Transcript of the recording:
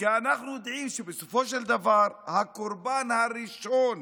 כי אנחנו יודעים שבסופו של דבר הקורבן הראשון